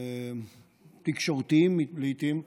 תקשורתיים לעיתים,